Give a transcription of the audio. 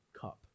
cup